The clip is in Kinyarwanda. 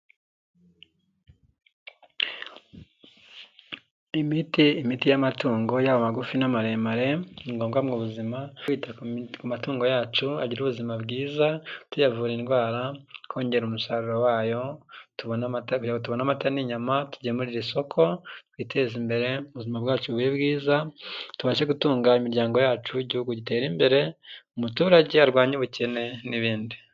Imiti, imiti y'amatungo yaba magufi n'amaremare ni ngombwa mu buzima twita ku matungo yacu agira ubuzima bwiza tuyavura indwara, kongera umusaruro wayo tubona amata n'nyama tugemurira soko twiteze imbere, ubuzima bwacu bube bwiza tubashe gutunga imiryango yacu, igihugu gitera imbere umuturage arwanye ubukene n'ibindi.